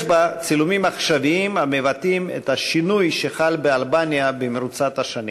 יש בה צילומים עכשוויים המבטאים את השינוי שחל באלבניה במרוצת השנים.